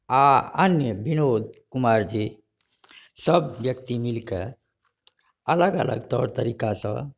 आ अन्य बिनोद कुमार जी सभ व्यक्ति मिलकऽ अलग अलग तौर तरीकासँ